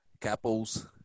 Capo's